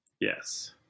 Yes